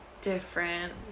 different